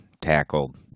tackled